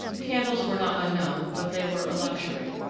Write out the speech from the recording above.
candles were not unknown, but they were a luxury.